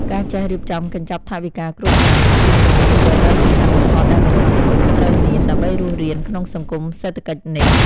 ការចេះរៀបចំកញ្ចប់ថវិកាគ្រួសារ គឺជាជំនាញជីវិតដ៏សំខាន់បំផុតដែលមនុស្សគ្រប់រូបត្រូវមាន ដើម្បីរស់រានក្នុងសង្គមសេដ្ឋកិច្ចនេះ។